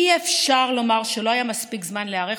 אי-אפשר לומר שלא היה מספיק זמן להיערך